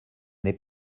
n’est